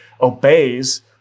obeys